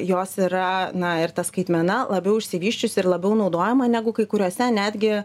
jos yra na ir ta skaitmena labiau išsivysčiusi ir labiau naudojama negu kai kuriose netgi